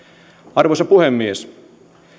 arvoisa puhemies